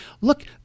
look